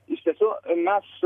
iš tiesų mes